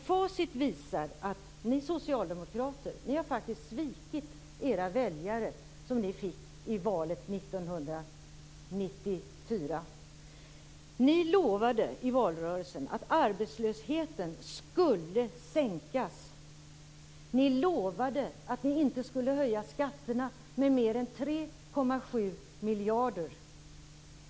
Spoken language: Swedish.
Facit visar att ni socialdemokrater har svikit de väljare som ni fick i valet 1994. Ni lovade i valrörelsen att arbetslösheten skulle minskas. Ni lovade att ni inte skulle höja skatterna med mer än 3,7 miljarder kronor.